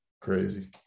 Crazy